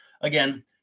again